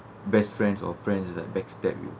best friends or friends like back stab you